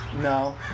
No